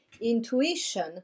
intuition